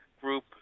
group